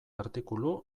artikulu